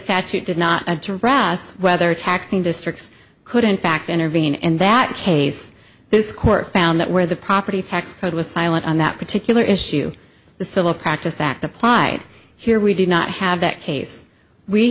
statute did not address whether taxing districts could in fact intervene in that case this court found that where the property tax code was silent on that particular issue the civil practiced act applied here we did not have that case we